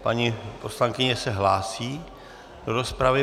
Paní poslankyně se hlásí do rozpravy.